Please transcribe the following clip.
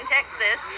Texas